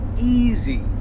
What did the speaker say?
easy